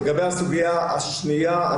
לגבי הסוגיה השנייה,